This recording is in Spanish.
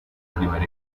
primer